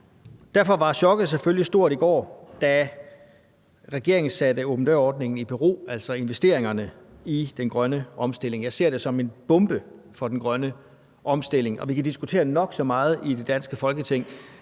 derfor var chokket selvfølgelig stort i går, da regeringen satte åben dør-ordningen i bero, altså investeringerne i den grønne omstilling. Jeg ser det som en bombe for den grønne omstilling, og vi kan diskutere nok så meget i det danske Folketing,